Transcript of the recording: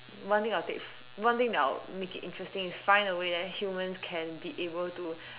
one thing I'll take f~ one thing that I'll make it interesting is find a way that humans can be able to